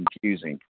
confusing